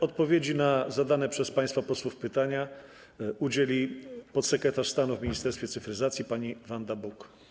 Odpowiedzi na zadane przez państwa posłów pytania udzieli podsekretarz stanu w Ministerstwie Cyfryzacji pani Wanda Buk.